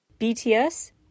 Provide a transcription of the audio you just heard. BTS